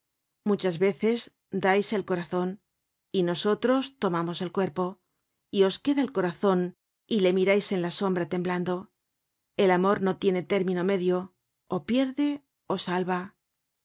muchas veces dais el corazon y nosotros tomamos el cuerpo y os queda el corazon y le mirais en la sombra temblando el amor no tiene término medio ó pierde ó salva